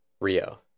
rio